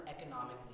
economically